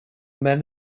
men